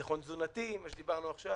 ביטחון תזונתי שדיברנו עכשיו